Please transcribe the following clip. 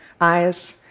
eyes